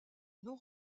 non